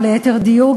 או ליתר דיוק,